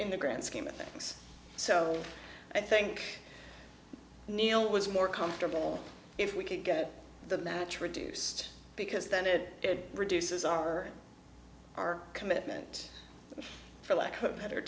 in the grand scheme of things so i think neal was more comfortable if we could get the match reduced because then it reduces our our commitment for lack of better